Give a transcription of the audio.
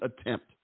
attempt